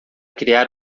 criar